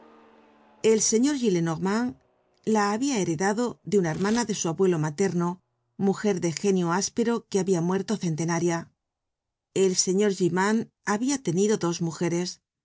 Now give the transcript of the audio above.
el señor gillenormand la habia heredado de una hermana de su abuelo ma terno mujer de genio áspero que habia muerto centenaria el señor gimand habia tenido dos mujeres